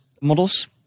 models